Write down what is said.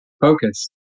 focus